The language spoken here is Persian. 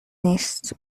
نیست